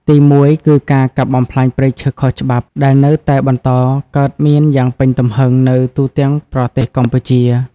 ទីមួយគឺ ការកាប់បំផ្លាញព្រៃឈើខុសច្បាប់ ដែលនៅតែបន្តកើតមានយ៉ាងពេញទំហឹងនៅទូទាំងប្រទេសកម្ពុជា។